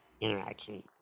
interaction